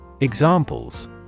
Examples